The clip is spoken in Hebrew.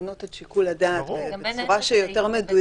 להבנות את שיקול הדעת בצורה שהיא יותר מדויקת.